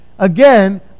Again